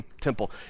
temple